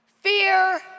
Fear